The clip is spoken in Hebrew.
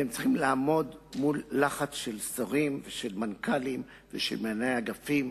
והם צריכים לעמוד מול לחץ של שרים ושל מנכ"לים ושל מנהלי אגפים,